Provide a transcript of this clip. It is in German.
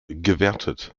gewertet